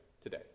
today